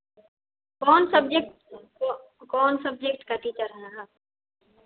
कौन सब्जेक्ट को कौन सब्जेक्ट का टीचर हैं आप